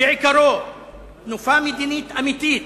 שעיקרו תנופה מדינית אמיתית,